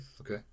okay